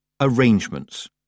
Arrangements